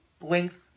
Length